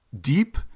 deep